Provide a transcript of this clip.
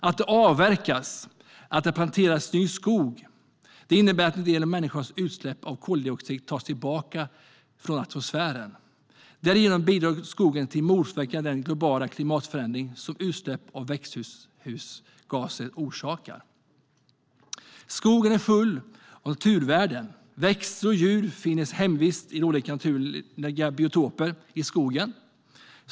Att det avverkas och att det planteras ny skog innebär att en del av människans utsläpp av koldioxid tas tillbaka från atmosfären. Därigenom bidrar skogen till att motverka den globala klimatförändring som utsläppen av växthusgaser orsakar. Skogen är full av naturvärden. Växter och djur finner sin hemvist i de olika naturliga biotoperna i skogen.